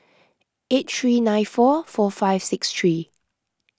eight three nine four four five six three